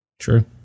True